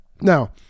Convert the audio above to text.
Now